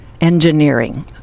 engineering